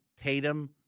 Tatum